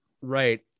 right